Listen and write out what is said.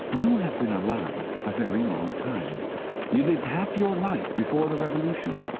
you have been alive a very long time you lived half your life before the revolution.